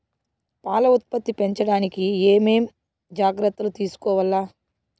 పాల ఉత్పత్తి పెంచడానికి ఏమేం జాగ్రత్తలు తీసుకోవల్ల?